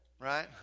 Right